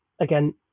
again